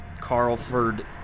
Carlford